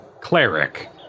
cleric